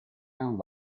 and